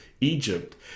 Egypt